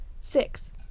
six